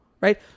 Right